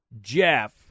Jeff